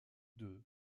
deux